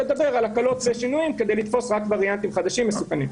לדבר על הקלות ושינויים כדי לתפוס רק וריאנטים חדשים מסוכנים.